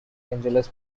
angeles